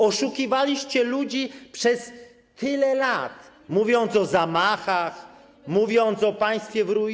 Oszukiwaliście ludzi przez tyle lat, mówiąc o zamachach, mówiąc o państwie w ruinie.